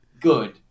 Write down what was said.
good